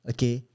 Okay